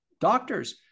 doctors